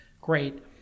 Great